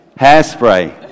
hairspray